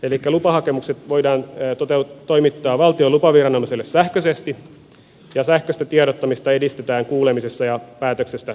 elikkä lupahakemukset voidaan toimittaa valtion lupaviranomaiselle sähköisesti ja sähköistä tiedottamista edistetään kuulemisessa ja päätöksestä tiedottamisessa